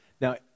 Now